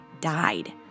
died